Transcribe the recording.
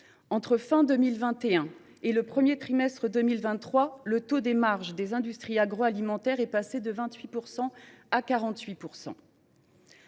l’année 2021 et le premier trimestre 2023, le taux de marge des industries agroalimentaires est passé de 28 % à 48 %.